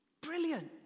brilliant